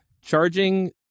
charging